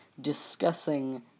discussing